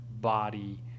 body